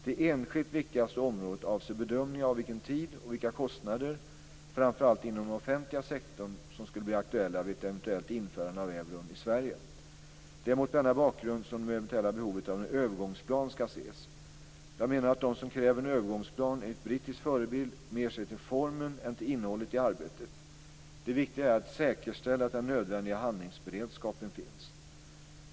Det enskilt viktigaste området avser bedömningar av vilken tid och vilka kostnader, framför allt inom offentliga sektorn, som skulle bli aktuella vid ett eventuellt införande av euron i Sverige. Det är mot denna bakgrund som det eventuella behovet av en övergångsplan skall ses. Jag menar att de som kräver en övergångsplan enligt brittisk förebild mer ser till formen än till innehållet i arbetet. Det viktiga är att säkerställa att den nödvändiga handlingsberedskapen finns.